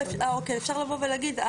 אפשר לבוא ולהגיד,